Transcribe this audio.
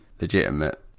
legitimate